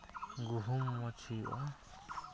ᱜᱩᱦᱩᱢ ᱢᱚᱡᱽ ᱦᱩᱭᱩᱜᱼᱟ